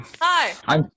Hi